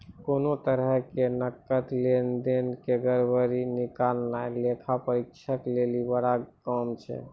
कोनो तरहो के नकद लेन देन के गड़बड़ी निकालनाय लेखा परीक्षक लेली बड़ा काम छै